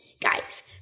Guys